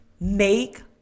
make